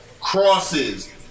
Crosses